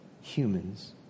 humans